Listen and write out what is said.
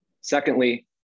Secondly